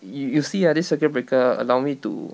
you you see ah this circuit breaker allow me to